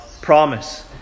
promise